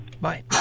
Bye